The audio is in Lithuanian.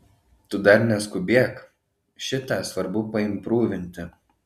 tu dar neskubėk šitą svarbu paimprūvinti